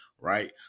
right